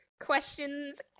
Questions